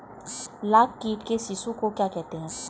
लाख कीट के शिशु को क्या कहते हैं?